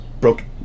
broken